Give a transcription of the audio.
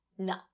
No